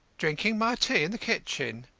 drinkin' my tea in the kitchen.